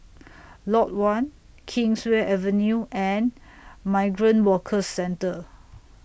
Lot one Kingswear Avenue and Migrant Workers Centre